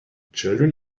children